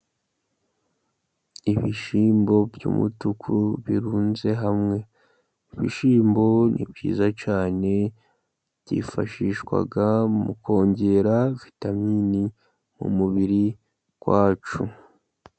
Ibishyimbo by'umutuku birunze hamwe, ibishyimbo ni byiza cyane, byifashishwa mu kongera vitaminini mu mubiri wacu.